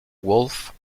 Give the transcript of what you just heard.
wolf